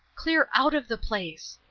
clear out of the place!